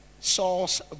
Saul's